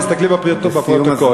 תסתכלי בפרוטוקול.